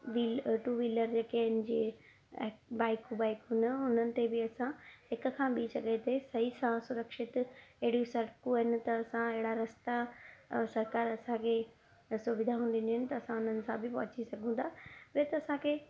wheel two wheeler जेके आहिनि जीअं बाइकूं बाइकूं न हुननि ते बि असां हिकु खां ॿी जॻह ते सही सां सुरक्षित अहिड़ियूं सड़कूं आहिनि त असां अहिड़ा रस्ता सरकारु असांखे सुविधाऊं ॾींदियूं आहिनि त असां उन्हनि सां बि पहुची सघूं था उहे त असांखे